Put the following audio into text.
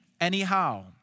Anyhow